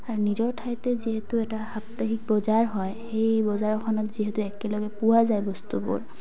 আৰু নিজৰ ঠাইতে যিহেতু এটা সাপ্তাহিক বজাৰ হয় সেই বজাৰখনত যিহেতু একেলগে পোৱা যায় বস্তুবোৰ